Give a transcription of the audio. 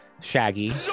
shaggy